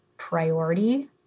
priority